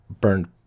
burned